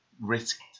risked